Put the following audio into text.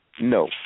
No